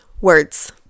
words